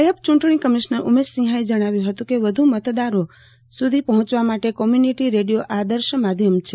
નાયબ ચૂંટણી કમિશનર ઉમેશ સિંહાએ જણાવ્યું હતું કે વ્ધુ મતદારો સુધી પહોંચવા માટે કોમ્યુનિટી રેડિયો આદર્શ માધ્યમ છે